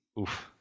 Oof